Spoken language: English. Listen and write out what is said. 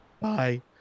Bye